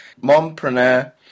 mompreneur